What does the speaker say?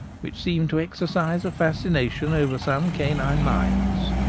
which seem to exercise a fascination over some canine minds.